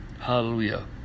Hallelujah